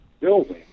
building